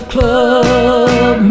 Club